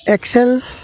Excel